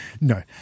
No